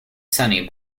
sunny